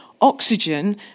Oxygen